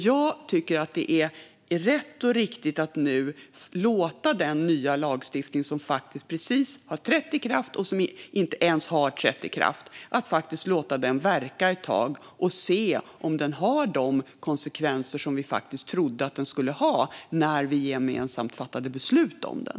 Jag tycker dock att det är rätt och riktigt att låta den lagstiftning som delvis har trätt i kraft och delvis ska träda i kraft verka ett tag för att se om den får de konsekvenser som vi trodde att den skulle få när vi gemensamt fattade beslut om den.